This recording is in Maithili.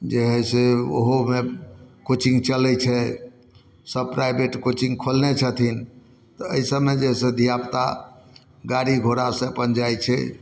जे हइ से ओहूमे कोचिंग चलै छै सभ प्राइभेट कोचिंग खोलने छथिन तऽ अइ सभमे जाहिसँ धियापुता गाड़ी घोड़ासँ अपन जाइ छै